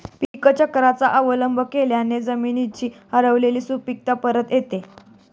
पीकचक्राचा अवलंब केल्याने जमिनीची हरवलेली सुपीकता परत येते